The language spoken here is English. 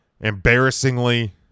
embarrassingly